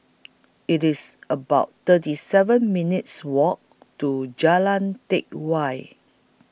IT IS about thirty seven minutes' Walk to Jalan Teck Whye